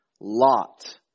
Lot